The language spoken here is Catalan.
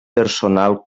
personal